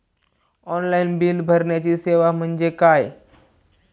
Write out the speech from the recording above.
Online bill भरण्याची सेवा म्हणजे काय?